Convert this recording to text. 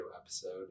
episode